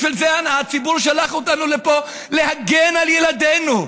בשביל זה הציבור שלח אותנו לפה, להגן על ילדינו.